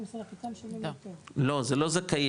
זכאי